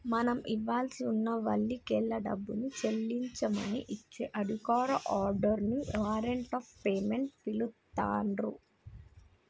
మనం ఇవ్వాల్సి ఉన్న వాల్లకెల్లి డబ్బుని చెల్లించమని ఇచ్చే అధికారిక ఆర్డర్ ని వారెంట్ ఆఫ్ పేమెంట్ పిలుత్తున్రు